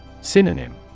Synonym